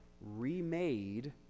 remade